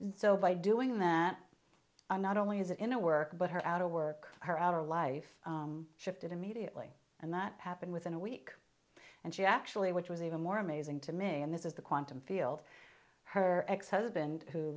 and so by doing that i'm not only is it in a work but her out of work or our life shifted immediately and that happened within a week and she actually which was even more amazing to me and this is the quantum field her ex husband who